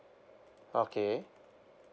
okay